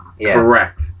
Correct